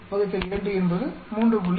7 2 என்பது 3